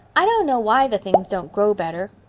i don't know why the things don't grow better.